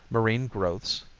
marine growths,